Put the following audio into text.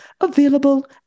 available